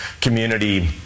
community